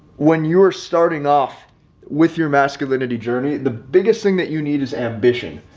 when you're starting off with your masculinity journey, the biggest thing that you need is ambition.